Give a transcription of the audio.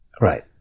Right